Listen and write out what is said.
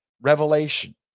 revelation